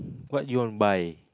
what you want buy